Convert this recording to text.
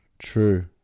true